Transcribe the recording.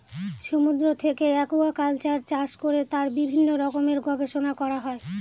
সমুদ্র থেকে একুয়াকালচার চাষ করে তার বিভিন্ন রকমের গবেষণা করা হয়